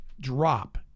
drop